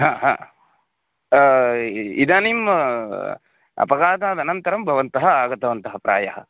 हा हा इदानीं अपघातादनन्तरं भवन्तः आगतवन्तः प्रायः